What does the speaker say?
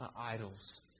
idols